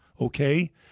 Okay